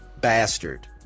bastard